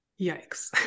Yikes